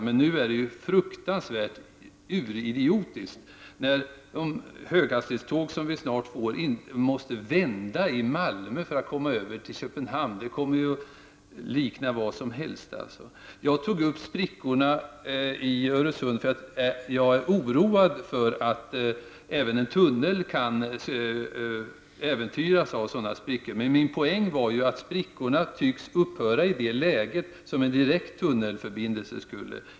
Det är uridiotiskt att de höghastighetståg som vi snart skall få måste vända i Malmö för att komma över till Köpenhamn. Jag tog upp frågan om sprickorna i Öresund, eftersom jag är oroad för att även en tunnel kan äventyras av sådana här sprickor. Poängen var att sprickorna tycks upphöra i det läge när det blir aktuellt med en direkt tunnelförbindelse.